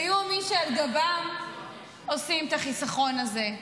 ויהיו מי שעל גבם עושים את החיסכון הזה.